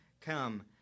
come